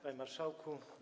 Panie Marszałku!